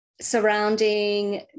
surrounding